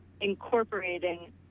incorporating